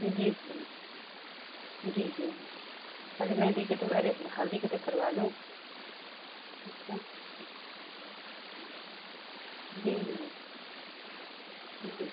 जी जी जी जी पहले महंदी के तो अरे हल्दी के तो करवा लूँ अच्छा जी जी जी जी